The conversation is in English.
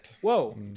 whoa